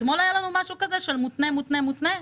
אתמול היה לנו משהו כזה של מותנה, מותנה, מותנה.